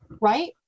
right